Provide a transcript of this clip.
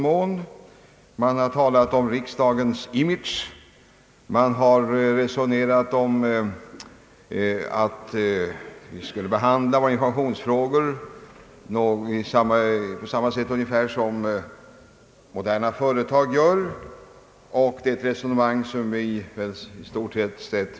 Man har talat om riksdagens image och resonerat om möjligheten att behandla informationsfrågor på ungefär samma sätt som sker inom moderna företag. Vi underkänner dock även det resonemanget.